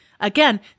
again